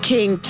King